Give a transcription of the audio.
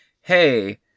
hey